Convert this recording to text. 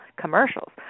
commercials